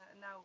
now